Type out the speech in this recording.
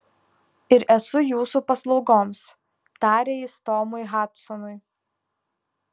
ir esu jūsų paslaugoms tarė jis tomui hadsonui